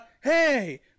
Hey